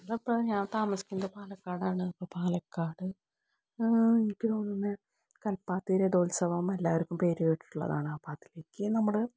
ഇന്നിപ്പോൾ ഞാൻ താമസിക്കുന്നത് പാലക്കാടാണ് അപ്പോൾ പാലക്കാട് എനിക്ക് തോന്നുന്നത് കൽപ്പാത്തി രഥോത്സവം എല്ലാവർക്കും പേര് കേട്ടിട്ടുള്ളതാണ് അപ്പോൾ അതിലേക്ക് നമ്മൾ